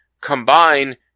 combine